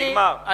נגמר.